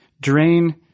drain